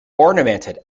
ornamented